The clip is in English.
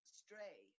stray